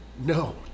No